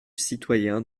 citoyen